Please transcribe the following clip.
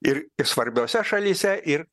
ir svarbiose šalyse ir